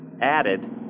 added